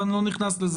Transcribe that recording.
אבל אני לא נכנס לזה.